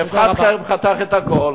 באבחת חרב חתך את הכול.